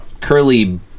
curly